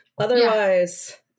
Otherwise